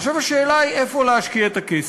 עכשיו השאלה היא איפה להשקיע את הכסף,